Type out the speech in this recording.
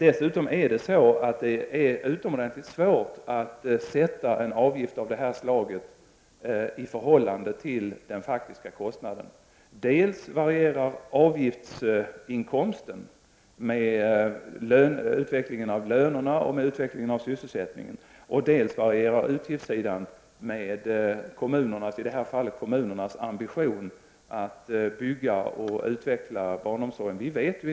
Det är dessutom utomordentligt svårt att sätta en avgift av det här slaget i förhållande till den faktiska kostnaden. Avgiftsinkomsten varierar med utvecklingen av lönerna och sysselsättningen, och utgiftssidan varierar med, i det här fallet, kommunernas ambition att bygga ut och utveckla barnomsorgen.